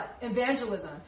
evangelism